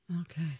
Okay